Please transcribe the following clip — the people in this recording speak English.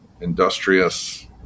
industrious